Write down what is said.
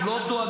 הם לא דואגים,